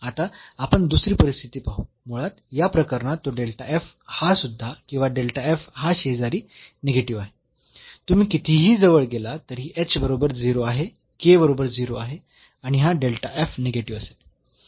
आता आपण दुसरी परिस्थिती पाहू मुळात या प्रकरणात तो हा सुद्धा किंवा हा शेजारी निगेटिव्ह आहे तुम्ही कितीही जवळ गेलात तरीही बरोबर 0 आहे बरोबर 0 आहे आणि हा निगेटिव्ह असेल